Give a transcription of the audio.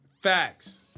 Facts